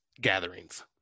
gatherings